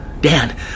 Dan